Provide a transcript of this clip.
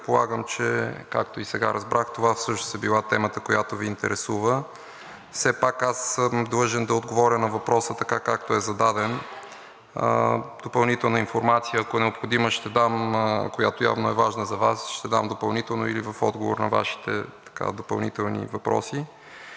Предполагам, както и сега разбрах, това всъщност е била темата, която Ви интересува. Все пак съм длъжен да отговаря на въпроса така, както е зададен. Допълнителна информация, ако е необходима, ще дам, която явно е важна за Вас, ще дам допълнително или в отговор на Вашите допълнителни въпроси.